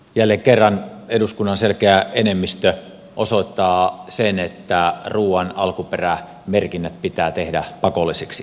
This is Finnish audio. jälleen kerran eduskunnan selkeä enemmistö osoittaa sen että ruuan alkuperämerkinnät pitää tehdä pakollisiksi